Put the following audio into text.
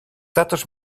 datoz